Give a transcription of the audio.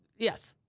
yes.